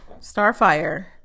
starfire